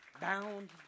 bound